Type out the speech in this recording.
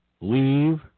leave